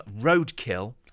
roadkill